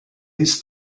this